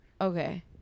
Okay